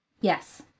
Yes